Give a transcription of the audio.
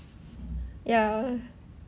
ya